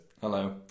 Hello